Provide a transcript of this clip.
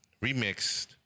Remixed